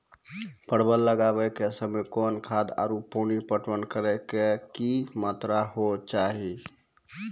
परवल लगाबै के समय कौन खाद आरु पानी पटवन करै के कि मात्रा होय केचाही?